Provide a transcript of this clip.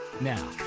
Now